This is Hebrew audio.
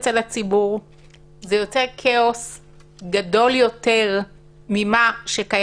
אף אחד פה לא מבין, הציבור לא מבין מה זה אומר,